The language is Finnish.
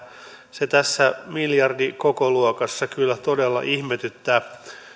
se tässä miljardikokoluokassa kyllä todella ihmetyttää